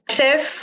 Chef